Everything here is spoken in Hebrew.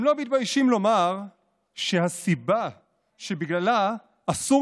הם לא מתביישים לומר שהסיבה שבגללה אסור